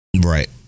Right